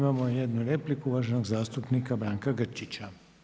Imamo jednu repliku uvaženog zastupnika Branka Grčića.